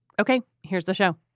okay, here's the show